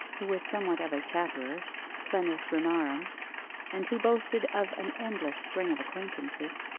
who was somewhat of a chatterer plenus rimarum and who boasted of an endless string of acquaintances,